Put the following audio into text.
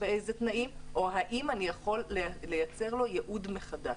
באיזה תנאים והאם אני יכול לייצר לו ייעוד מחדש,